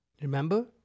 Remember